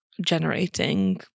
generating